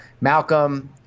Malcolm